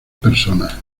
personas